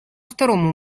второму